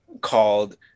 called